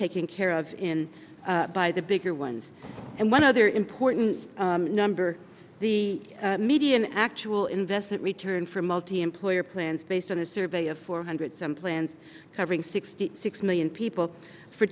taken care of in by the bigger ones and one other important number the median actual investment return for multiemployer plans based on a survey of four hundred some plans covering sixty six million people for